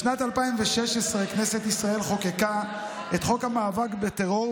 בשנת 2016 כנסת ישראל חוקקה את חוק המאבק בטרור,